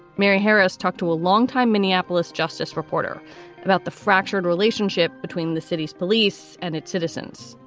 mary harris talked to a longtime minneapolis justice reporter about the fractured relationship between the city's police and its citizens,